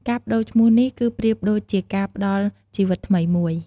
ការប្ដូរឈ្មោះនេះ គឺប្រៀបដូចជាការផ្ដល់ជីវិតថ្មីមួយ។